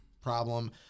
problem